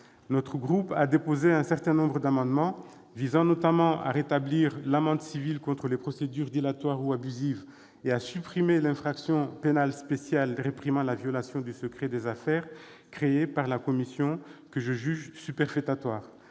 Notre groupe a déposé un certain nombre d'amendements visant, notamment, à rétablir l'amende civile contre les procédures dilatoires ou abusives et à supprimer l'infraction pénale spéciale réprimant la violation du secret des affaires créée par la commission, que je juge superfétatoire.